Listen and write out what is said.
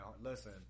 Listen